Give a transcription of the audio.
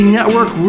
Network